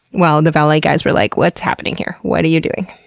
while the valet guys were like, what's happening here. what are you doing?